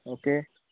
okay